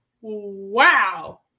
wow